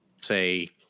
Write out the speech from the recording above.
say